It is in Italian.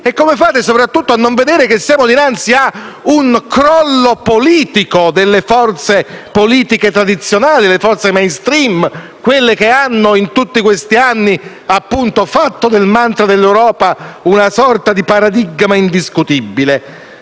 Come fate, soprattutto, a non vedere che siamo dinanzi a un crollo politico delle forze politiche tradizionali, le forze *mainstream*, quelle che in tutti questi anni hanno fatto del *mantra* dell'Europa una sorta di paradigma indiscutibile?